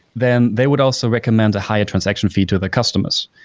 then they would also recommend a higher transaction fee to the customers,